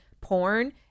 porn